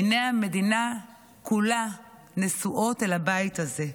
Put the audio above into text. עיני המדינה כולה נשואות אל הבית הזה.